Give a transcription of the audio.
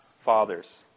fathers